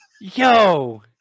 Yo